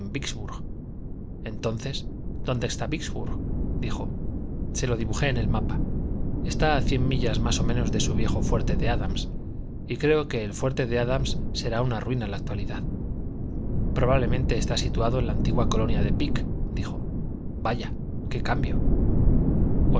entonces dónde está vícksburg dijo se lo dibujé en el mapa está a cien millas más o menos de su viejo fuerte de adams y creo que el fuerte de adams será una ruina en la actualidad probablemente está situado en la antigua colonia de vick dijo vaya qué cambio